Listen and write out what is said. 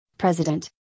president